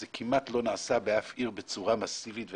זה כמעט לא נעשה באף עיר בצורה מסיבית ונכונה.